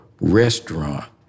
restaurant